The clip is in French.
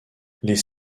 les